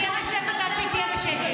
אני אהיה בשקט עד שהיא תהיה בשקט.